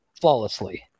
flawlessly